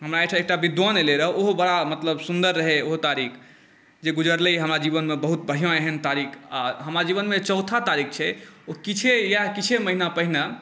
हमरा एहिठाम एकटा विद्वान अएलै रहै ओहो बड़ा मतलब सुन्दर रहै ओहो तारीख जे गुजरलै हँ हमर जीवनमे बहुत बढ़िआँ एहन तारीख आओर हमरा जीवनमे जे चौथा तारीख छै ओ कि छै किछु इएह किछु महिना पहिने